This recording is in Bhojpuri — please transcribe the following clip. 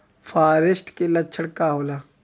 फारेस्ट के लक्षण का होला?